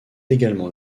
également